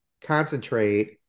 concentrate